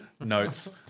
notes